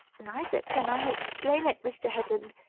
neither can i explain it, mr. headland,